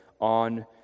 on